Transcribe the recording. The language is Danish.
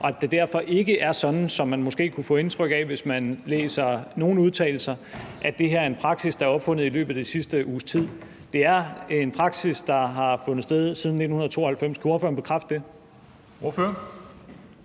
og at det derfor ikke er sådan, som man måske kunne få indtryk af, når man læser nogle af de udtalelser, nemlig at det her er en praksis, der er opfundet i løbet af den sidste uges tid. Det er en praksis, der har været siden 1992. Kan ordføreren bekræfte det?